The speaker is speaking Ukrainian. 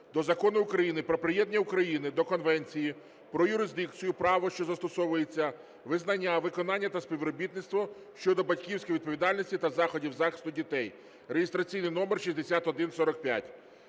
до Закону України "Про приєднання України до Конвенції про юрисдикцію, право, що застосовується, визнання, виконання та співробітництво щодо батьківської відповідальності та заходів захисту дітей" (реєстраційний номер 6145).